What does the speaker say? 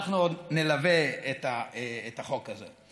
אנחנו עוד נלווה את החוק הזה.